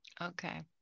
Okay